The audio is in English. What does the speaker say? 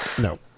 No